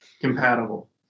compatible